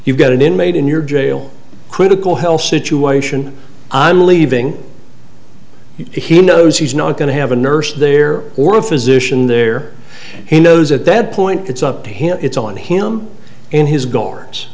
you've got an inmate in your jail critical health situation i'm leaving he knows he's not going to have a nurse there or a physician there he knows at that point it's up to him it's on him and his g